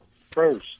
first